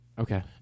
Okay